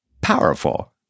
powerful